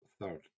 third